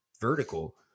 vertical